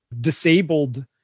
disabled